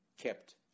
kept